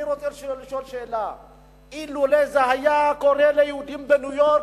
עכשיו אני רוצה לשאול שאלה: אילו זה היה קורה ליהודים בניו-יורק,